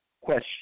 question